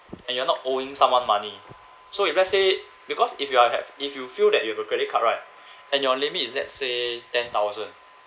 and you're not owing someone money so if let's say because if you have if you feel that you have a credit card right and your limit is let's say ten thousand